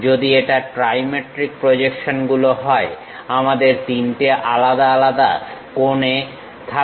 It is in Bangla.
যদি এটা ট্রাইমেট্রিক প্রজেকশনগুলো হয় আমাদের তিনটে আলাদা আলাদা কোণ থাকে